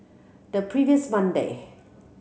the previous Monday